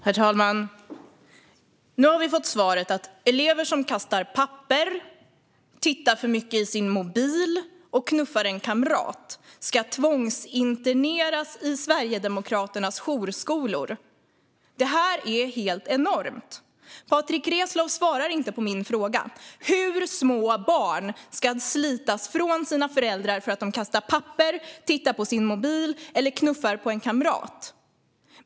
Herr talman! Nu har vi fått svaret att elever som kastar papper, tittar för mycket i sin mobil och knuffar en kamrat ska tvångsinterneras i Sverigedemokraternas jourskolor. Det här är helt enormt! Patrick Reslow svarar inte på min fråga: Hur små barn ska slitas från sina föräldrar för att de kastar papper, tittar på sin mobil eller knuffar en kamrat?